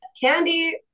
Candy